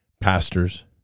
pastors